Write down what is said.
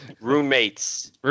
Roommates